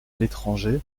l’étranger